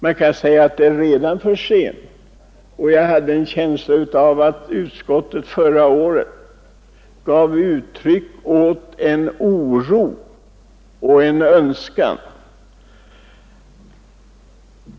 Det kan redan sägas vara för sent, och jag hade en känsla av att utskottet förra året gav uttryck åt en oro för detta och en önskan om en förbättring.